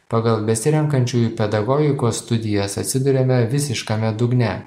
pagal besirenkančiųjų pedagogikos studijas atsiduriame visiškame dugne